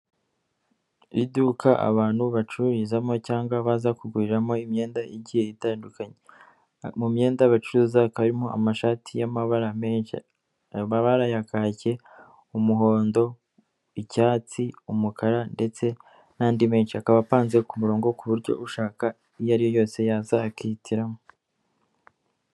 Iri duka abantu bacururizamo cyangwa baza kuguriramo imyenda igiye itandukanye, mu myenda bacuruza hakaba harimo amashati y'amabara menshi, amabara ya kaki, umuhondo, icyatsi, umukara ndetse n'andi menshi, akaba apanze ku murongo ku buryo ushaka iyo ari yose yazakihitiramo.